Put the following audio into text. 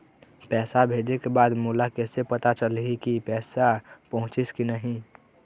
पैसा भेजे के बाद मोला कैसे पता चलही की पैसा पहुंचिस कि नहीं?